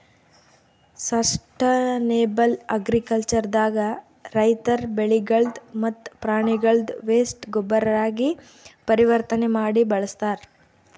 sustainable agriculture ದಾಗ ರೈತರ್ ಬೆಳಿಗಳ್ದ್ ಮತ್ತ್ ಪ್ರಾಣಿಗಳ್ದ್ ವೇಸ್ಟ್ ಗೊಬ್ಬರಾಗಿ ಪರಿವರ್ತನೆ ಮಾಡಿ ಬಳಸ್ತಾರ್